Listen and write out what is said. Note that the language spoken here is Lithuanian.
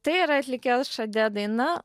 tai yra atlikėjos šade daina